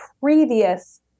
previous